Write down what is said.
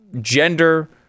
gender